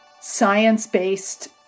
science-based